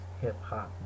hip-hop